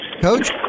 Coach